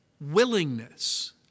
willingness